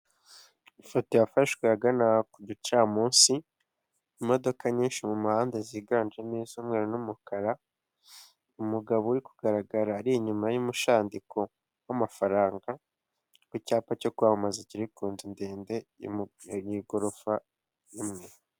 Ifoto yafashwe ahagana ku gicamunsi, imodoka nyinshi mu muhanda ziganjemo izumweru n'umukara, umugabo uri kugaragara ari inyuma y'umushandiko w'amafaranga, ku cyapa cyo kwamamaza kiri ku nzu ndende yumwe igorofa imwe